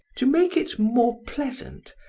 to make it more pleasant,